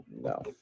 no